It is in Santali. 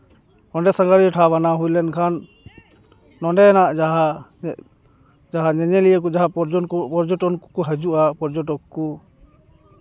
ᱚᱸᱰᱮ ᱥᱟᱸᱜᱷᱟᱨᱤᱭᱟᱹ ᱴᱷᱟᱶ ᱵᱮᱱᱟᱣ ᱦᱩᱭ ᱞᱮᱱᱠᱷᱟᱱ ᱱᱚᱰᱮᱱᱟᱜ ᱡᱟᱦᱟᱸ ᱧᱮᱧᱮᱞᱤᱭᱟᱹ ᱠᱚ ᱡᱟᱦᱟᱸ ᱯᱚᱨᱡᱚᱴᱚᱱ ᱠᱚ ᱯᱚᱨᱡᱚᱴᱚᱱ ᱠᱚᱠᱚ ᱦᱤᱡᱩᱜᱼᱟ ᱯᱚᱨᱡᱚᱴᱚᱠ ᱠᱚ